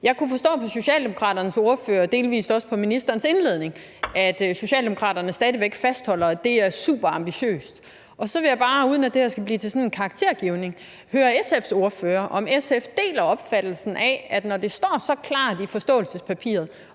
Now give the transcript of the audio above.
Jeg kan forstå på Socialdemokraternes ordfører og delvis også på ministerens indledning, at Socialdemokraterne stadig væk fastholder, at det er superambitiøst. Så vil jeg bare, uden at det her skal blive til sådan en karaktergivning, høre SF's ordfører, om SF deler opfattelsen af, at det, når det står så klart i forståelsespapiret,